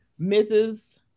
Mrs